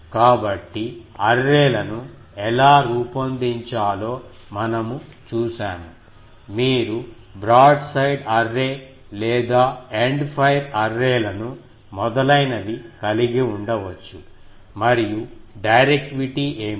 కాబట్టి అర్రే లను ఎలా రూపొందించాలో మనము చూశాము మీరు బ్రాడ్సైడ్ అర్రే లేదా ఎండ్ ఫైర్ అర్రే లను మొదలైనవి కలిగి ఉండవచ్చు మరియు డైరెక్టివిటీ ఏమిటి